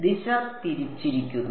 ദിശ തിരിച്ചിരിക്കുന്നു